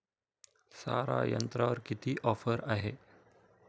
सारा यंत्रावर किती ऑफर आहे?